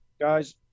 guys